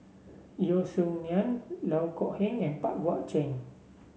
Yeo Song Nian Loh Kok Heng and Pang Guek Cheng